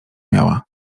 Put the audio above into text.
miała